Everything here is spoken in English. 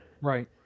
Right